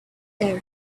there